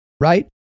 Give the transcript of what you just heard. right